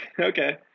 Okay